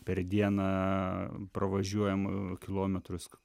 per dieną pravažiuojam kilometrus